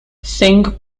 singh